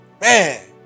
man